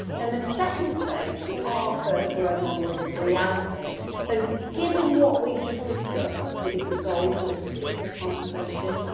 then the second stage the r for the grow model is reality so given what we've just discussed is the goal for this particular conversation,